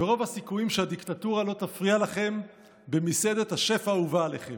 ורוב הסיכויים שהדיקטטורה לא תפריע לכם במסעדת השף האהובה עליכם.